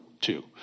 two